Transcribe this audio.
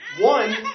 One